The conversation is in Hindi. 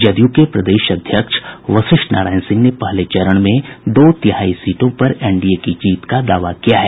जदयू के प्रदेश अध्यक्ष वशिष्ठ नारायण सिंह ने पहले चरण में दो तिहाई सीटों पर एनडीए की जीत का दावा किया है